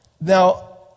Now